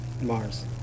Mars